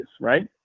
right